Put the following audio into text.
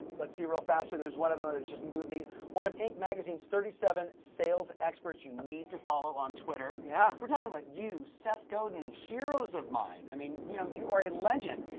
let's see real fast here there's one of those that just moved me. one of inc magazine's thirty seven sales experts you need to follow on twitter. yeah. we're talking like you, seth goden, heroes of mine. i mean, you know you are a legend.